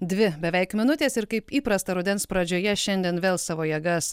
dvi beveik minutės ir kaip įprasta rudens pradžioje šiandien vėl savo jėgas